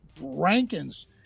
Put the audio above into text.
rankins